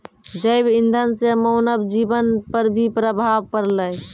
जैव इंधन से मानव जीबन पर भी प्रभाव पड़लै